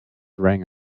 rang